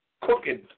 cooking